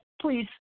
Please